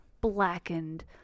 blackened